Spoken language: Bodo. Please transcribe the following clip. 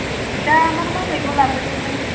दा मा मा मैगं लाबोदों नों